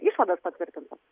išvadas patvirtinas